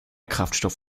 kraftstoff